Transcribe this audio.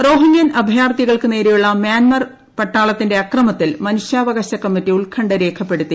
റോഹിംഗ്യൻ അഭയാർത്ഥികൾക്ക് നേരെയുള്ള മ്യാൻമർ പട്ടാളത്തിന്റെ അക്രമത്തിൽ മനുഷ്യാവകാശ കമ്മിറ്റി ഉത്കണ്ഠ രേഖപ്പെടുത്തി